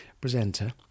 presenter